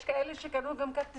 יש גם כאלה שקנו כרטיסים.